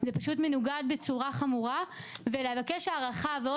דרך אגב האכיפה בהקשר הזה היא שני דברים, אחד